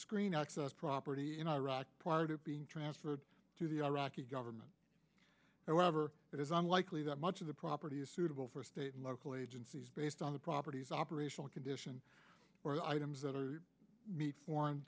screen access property in iraq prior to being transferred to the iraqi government however it is unlikely that much of the property is suitable for state and local agencies based on the properties operational condition or items that meet foreign